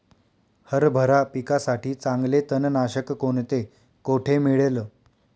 हरभरा पिकासाठी चांगले तणनाशक कोणते, कोठे मिळेल?